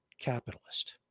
capitalist